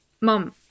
Mom